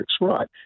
right